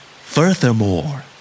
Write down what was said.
Furthermore